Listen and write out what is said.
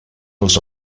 dels